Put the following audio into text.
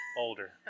older